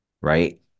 right